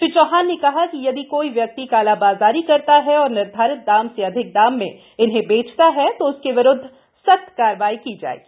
श्री चौहान ने कहा कि यदि कोई व्यक्ति कालाबाजारी करता है और निर्धारित दाम से अधिक दाम में इन्हें बेचता है तो उसके विरुद्ध सख्त कार्रवाई की जाएगी